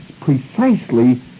precisely